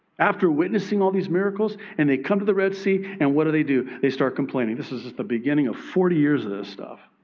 after witnessing all these miracles and they come to the red sea. and what do they do? they start complaining. this is just the beginning of forty years of this stuff,